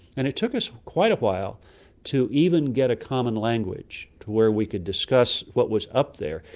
and it took us quite a while to even get a common language to where we could discuss what was up there.